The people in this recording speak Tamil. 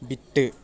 விட்டு